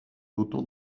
autant